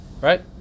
Right